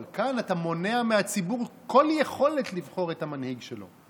אבל כאן אתה מונע מהציבור כל יכולת לבחור את המנהיג שלו.